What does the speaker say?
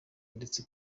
ndetse